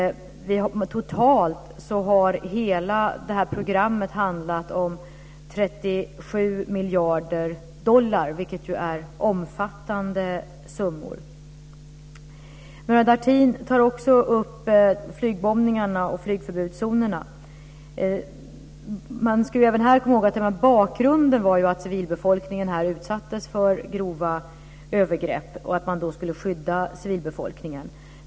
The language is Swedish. Totalt har hela programmet handlat om 37 miljarder dollar, vilket är omfattande summor. Murad Artin tar också upp flygbombningarna och flygförbudszonerna. Man ska även här komma ihåg att bakgrunden var att civilbefolkningen utsattes för grova övergrepp och att man skulle skydda den.